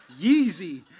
Yeezy